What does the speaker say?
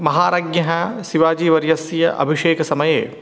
महाराजस्य शिवाजीवर्यस्य अभिषेकसमये